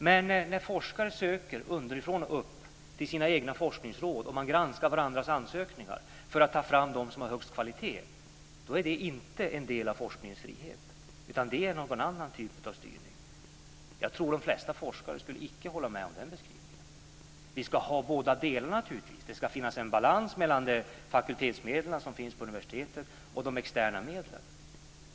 Men när forskare underifrån och upp ansöker till sina egna forskningsråd, och granskar varandras ansökningar för att ta fram dem som har högst kvalitet, är det inte en del av forskningens frihet, utan det är någon annan typ av styrning. Jag tror att de flesta forskare icke håller med om den beskrivningen. Vi ska naturligtvis ha båda delarna. Det ska finnas en balans mellan fakultetsmedlen på universiteten och de externa medlen.